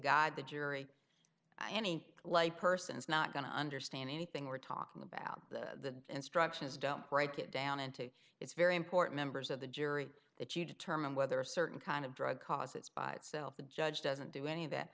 guide the jury any light person is not going to understand anything we're talking about the instructions don't write it down until it's very important members of the jury that you determine whether a certain kind of drug causes by itself the judge doesn't do any of that